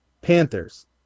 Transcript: Panthers